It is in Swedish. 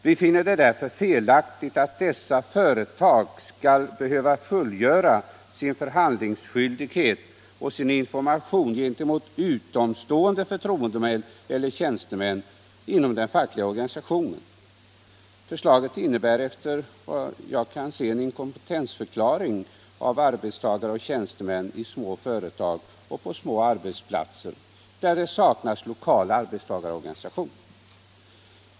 Vi finner det därför felaktigt att dessa företag skall behöva och ans fullgöra sin förhandlingsskyldighet och sin informationsplikt gentemot utomstående förtroendemän eller tjänstemän inom den fackliga organisationen. Förslaget innebär, efter vad jag kan se, en inkompetensför klaring av arbetstagare och tjänstemän i små företag och på små arbetsplatser, där det saknas lokal arbetstagarorganisation.